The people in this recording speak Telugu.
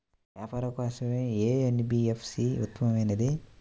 వ్యాపారం కోసం ఏ ఎన్.బీ.ఎఫ్.సి ఉత్తమమైనది?